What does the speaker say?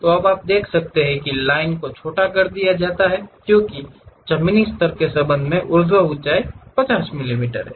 तो अब आप देखते हैं कि लाइन को छोटा कर दिया जाता है क्योंकि जमीनी स्तर के संबंध में ऊर्ध्वाधर ऊंचाई 50 मिलीमीटर है